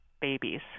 babies